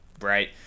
right